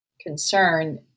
concern